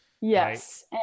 Yes